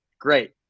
great